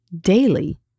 daily